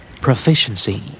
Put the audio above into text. Proficiency